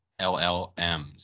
llms